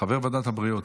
חבר ועדת הבריאות.